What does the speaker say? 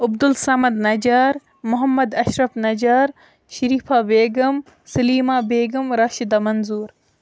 Abdul Samad Najar Mohammad Ashraf Najar Sharifa Begum Salima Begum Rashida Manzoor